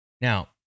Now